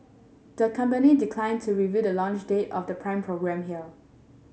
the company declined to reveal the launch date of the Prime programme here